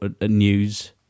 news